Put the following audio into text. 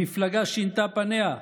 המפלגה שינתה את פניה,